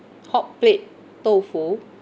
hot plate tofu